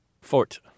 Fort